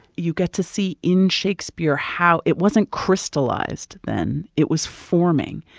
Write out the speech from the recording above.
you get to see in shakespeare how it wasn't crystallized then it was forming.